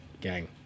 Gang